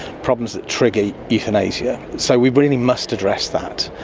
problems that trigger euthanasia. so we really must address that.